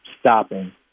stopping